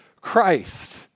Christ